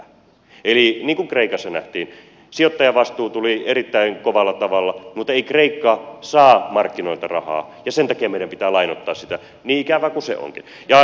eli niin kuin kreikassa nähtiin sijoittajavastuu tuli erittäin kovalla tavalla mutta ennen kristusta ikka saa markkinoilta rahaa ja sen takia meidän pitää lainoittaa sitä niin ikävää kuin se onkin